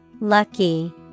Lucky